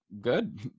good